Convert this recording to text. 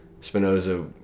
Spinoza